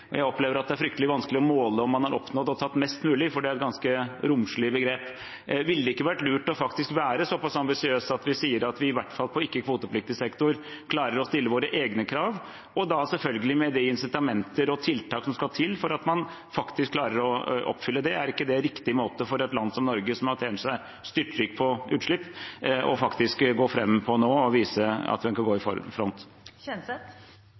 mulig. Jeg opplever at det er fryktelig vanskelig å måle om man har oppnådd å ta «mest mulig», for det er et ganske romslig begrep. Ville det ikke vært lurt faktisk å være såpass ambisiøs at vi sier at vi iallfall på ikke-kvotepliktig sektor klarer å stille våre egne krav – og da selvfølgelig med de incitamenter og tiltak som skal til for at man faktisk skal klare å oppfylle dem? Er ikke det en riktig måte å gå fram på for et land som Norge, som har tjent seg styrtrik på utslipp, og faktisk vise at man kan gå i